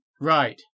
Right